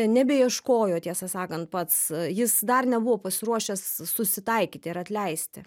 nebeieškojo tiesą sakant pats jis dar nebuvo pasiruošęs susitaikyti ir atleisti